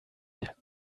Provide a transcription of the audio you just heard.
der